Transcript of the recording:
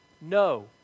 No